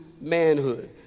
manhood